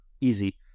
easy